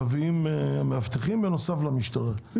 בכל מיני מקומות מביאים מאבטחים בנוסף למשטרה,